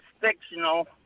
fictional